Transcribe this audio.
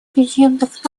объединенных